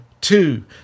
Two